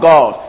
God